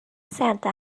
santa